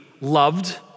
loved